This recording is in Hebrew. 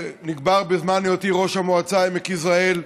נקבר בזמן היותי ראש המועצה עמק יזרעאל,